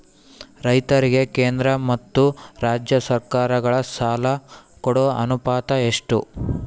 ರೈತರಿಗೆ ಕೇಂದ್ರ ಮತ್ತು ರಾಜ್ಯ ಸರಕಾರಗಳ ಸಾಲ ಕೊಡೋ ಅನುಪಾತ ಎಷ್ಟು?